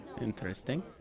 Interesting